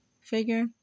figure